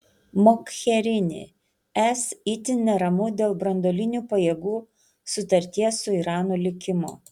mogherini es itin neramu dėl branduolinių pajėgų sutarties su iranu likimo